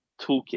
toolkit